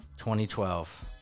2012